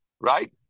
Right